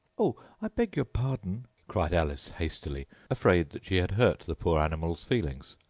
oh, i beg your pardon cried alice hastily, afraid that she had hurt the poor animal's feelings.